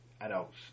adults